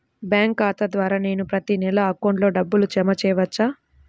Bank ఖాతా ద్వారా నేను ప్రతి నెల అకౌంట్లో డబ్బులు జమ చేసుకోవచ్చా?